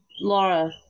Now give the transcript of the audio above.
Laura